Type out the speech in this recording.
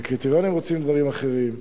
והקריטריונים רוצים דברים אחרים,